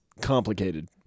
complicated